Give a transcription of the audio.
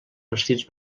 vestits